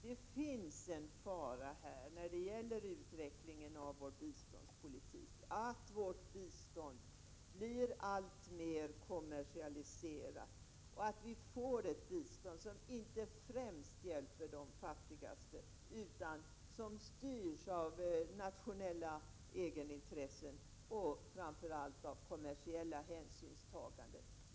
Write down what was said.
Det finns en fara här när det gäller utvecklingen av vår biståndspolitik, nämligen att vårt bistånd blir alltmer kommersialiserat och att vi får ett bistånd som inte främst hjälper de fattigaste utan styrs av nationella egenintressen och framför allt av kommersiella hänsynstaganden.